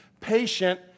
patient